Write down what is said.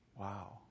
Wow